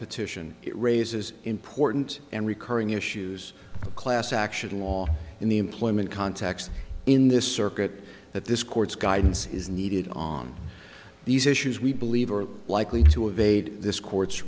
petition it raises important and recurring issues a class action law in the employment context in this circuit that this court's guidance is needed on these issues we believe are likely to evade this court